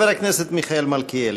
חבר הכנסת מיכאל מלכיאלי.